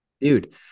dude